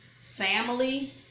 family